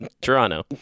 Toronto